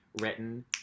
written